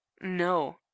No